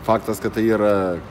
faktas kad tai yra